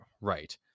Right